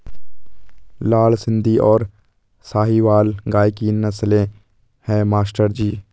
लाल सिंधी और साहिवाल गाय की नस्लें हैं मास्टर जी